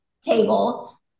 table